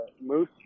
moose